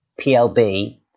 PLB